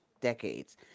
decades